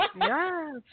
Yes